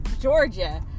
Georgia